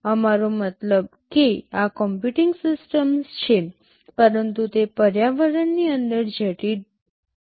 અમારો મતલબ એ છે કે આ કમ્પ્યુટિંગ સિસ્ટમ્સ છે પરંતુ તે પર્યાવરણની અંદર જડિત છે